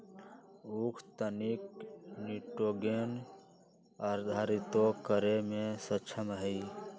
उख तनिक निटोगेन निर्धारितो करे में सक्षम हई